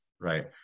right